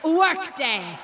workday